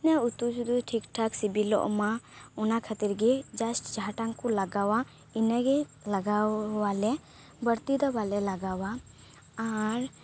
ᱡᱮ ᱩᱛᱩ ᱴᱷᱤᱠ ᱴᱷᱟᱠ ᱥᱤᱵᱤᱞᱳᱜ ᱢᱟ ᱚᱱᱟ ᱠᱷᱟᱹᱛᱤᱨ ᱜᱮ ᱡᱟᱥᱴ ᱡᱟᱦᱟᱸ ᱴᱟᱝ ᱠᱚ ᱞᱟᱜᱟᱣᱟ ᱤᱱᱟᱹᱜᱮ ᱞᱟᱜᱟᱣᱟᱞᱮ ᱵᱟᱹᱲᱛᱤ ᱫᱚ ᱵᱟᱞᱮ ᱞᱟᱜᱟᱣᱟ ᱟᱨ